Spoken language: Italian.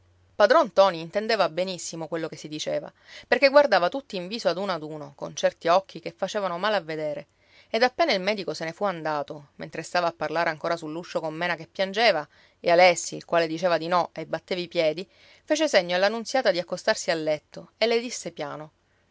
padron ntoni intendeva benissimo quello che si diceva perché guardava tutti in viso ad uno ad uno con certi occhi che facevano male a vedere ed appena il medico se ne fu andato mentre stava a parlare ancora sull'uscio con mena che piangeva e alessi il quale diceva di no e batteva i piedi fece segno alla nunziata di accostarsi al letto e le disse piano